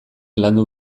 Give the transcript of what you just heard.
landu